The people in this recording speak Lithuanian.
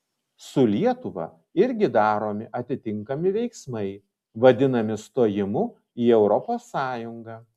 su lietuva irgi daromi atitinkami veiksmai vadinami stojimu į europos sąjungą